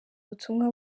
ubutumwa